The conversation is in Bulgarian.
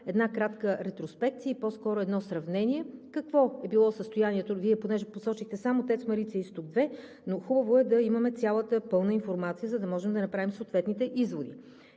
една кратка ретроспекция, по-скоро едно сравнение, какво е било състоянието – Вие понеже посочихте само „ТЕЦ Марица изток 2“, но е хубаво да имаме цялата, пълната информация, за да можем да направим съответните изводи.